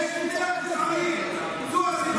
בסדר, הגזען היחיד שיושב כאן הוא אתה.